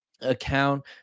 account